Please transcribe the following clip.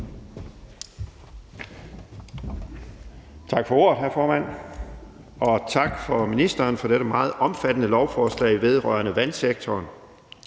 Tak for ordet, hr. formand. Og tak til ministeren for dette meget omfattende lovforslag vedrørende vandsektoren.